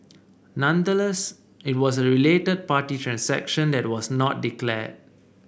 nonetheless it was a related party transaction that was not declare